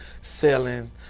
selling